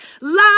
love